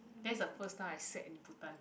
that's the first time I sat in bhutan